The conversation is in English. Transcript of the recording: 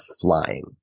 flying